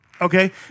Okay